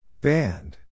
Band